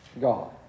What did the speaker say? God